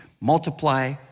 multiply